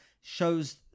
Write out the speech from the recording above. shows